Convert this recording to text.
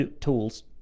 tools